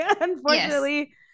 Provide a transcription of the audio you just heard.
unfortunately